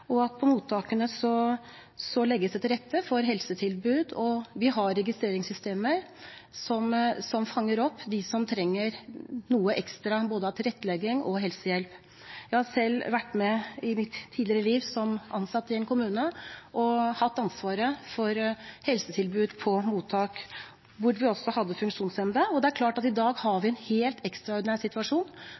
og at det på mottakene legges til rette for helsetilbud. Vi har registreringssystemer som fanger opp dem som trenger noe ekstra, både av tilrettelegging og helsehjelp. Jeg har selv i mitt tidligere liv som ansatt i en kommune vært med og hatt ansvaret for helsetilbud på mottak, hvor vi også hadde funksjonshemmede. Det er klart at vi i dag har en helt ekstraordinær situasjon